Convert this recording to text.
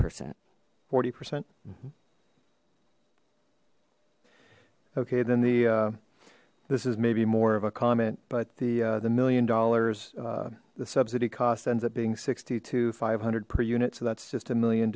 percent forty percent mm hmm okay then the this is maybe more of a comment but the the million dollars the subsidy cost ends up being sixty to five hundred per unit so that's just a million